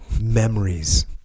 memories